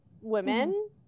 women